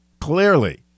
clearly